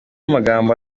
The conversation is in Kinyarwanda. amagambo